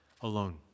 Alone